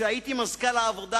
שכשהייתי מזכ"ל העבודה,